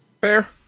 Fair